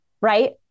right